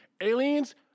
Aliens